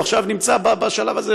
הוא עכשיו נמצא בשלב הזה,